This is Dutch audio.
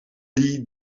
die